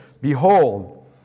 Behold